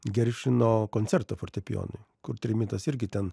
geršvino koncertą fortepijonui kur trimitas irgi ten